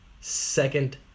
second